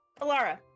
Alara